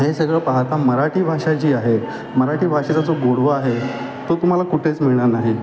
हे सगळं पाहता मराठी भाषा जी आहे मराठी भाषेचा जो गोडवा आहे तो तुम्हाला कुठेच मिळणार नाही